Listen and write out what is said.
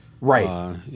right